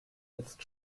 jetzt